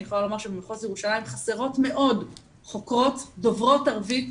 אני יכולה לומר שבמחוז ירושלים חסרות מאוד חוקרות דוברות ערבית